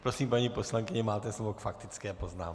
Prosím, paní poslankyně, máte slovo k faktické poznámce.